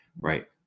right